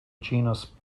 genus